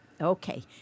Okay